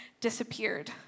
disappeared